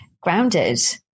grounded